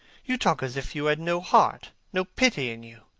you talk as if you had no heart, no pity in you.